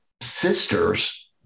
sister's